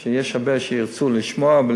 יש הרבה שירצו לשמוע.